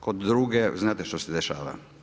Kod druge znate što se dešava.